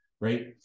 Right